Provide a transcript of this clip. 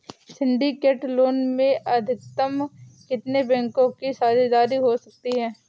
Syndicate loan में अधिकतम कितने बैंकों की साझेदारी हो सकती है?